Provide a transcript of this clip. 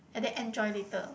and they enjoy later